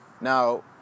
Now